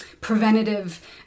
preventative